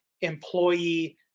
employee